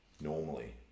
normally